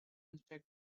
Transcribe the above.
inspect